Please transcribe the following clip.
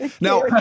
Now